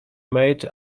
made